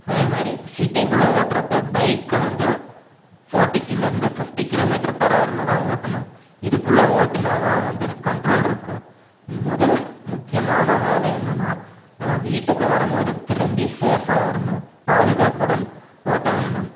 அதே மாதிரி சிட்டிக்குள்ளே ஒட்டுறப்போ பைக்கை வந்து ஃபாட்டிக்குள்ளேருந்து ஃபிஃப்டி கிலோ மீட்டர் பராரில் தான் ஓட்டணும் இது குள்ளே ஒட்டினா தான் வந்து கண்ட்ரோல்ருக்கும் முதல் முக்கியமான வேலை என்னென்ன நம்ம வீட்டுக்கு வருபோது திரும்பி சேஃபாக வரணும் பாதுகாப்புடன் ஓட்ட வேண்டும்